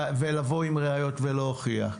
לבוא עם ראיות ולהוכיח.